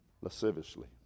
lasciviously